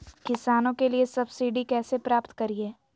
किसानों के लिए सब्सिडी कैसे प्राप्त करिये?